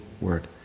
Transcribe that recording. word